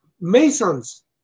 masons